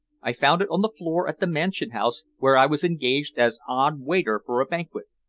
i found it on the floor at the mansion house, where i was engaged as odd waiter for a banquet.